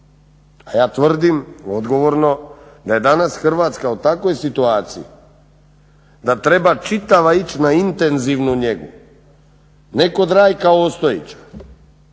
Ja tvrdim odgovorno da je danas Hrvatska u takvoj situaciji da treba čitava ići na intenzivnu njegu, ne kod Rajka Ostojića